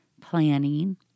planning